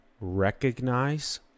recognize